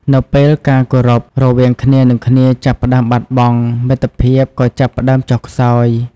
នៅពេលការគោរពរវាងគ្នានឹងគ្នាចាប់ផ្ដើមបាត់បង់ មិត្តភាពក៏ចាប់ផ្ដើមចុះខ្សោយ។